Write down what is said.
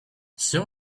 some